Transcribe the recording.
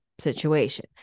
situation